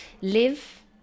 live